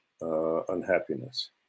unhappiness